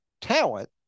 talent